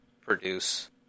produce